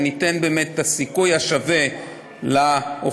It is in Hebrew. שניתן באמת את הסיכוי השווה לאוכלוסייה